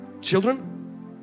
Children